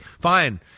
fine